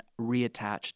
reattached